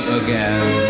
again